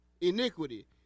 iniquity